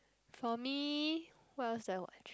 for me what else do I watch